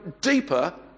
deeper